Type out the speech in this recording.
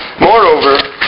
Moreover